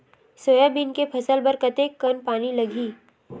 Soybean के फसल बर कतेक कन पानी लगही?